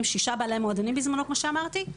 שישה בעלי המועדונים בזמנו כמו שאמרתי.